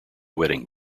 wedding